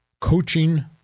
coaching